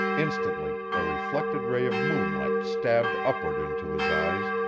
instantly, a reflected ray of moonlight stabbed upward into his eyes,